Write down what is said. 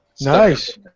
Nice